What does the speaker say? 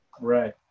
Right